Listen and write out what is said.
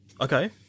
Okay